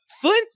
Flint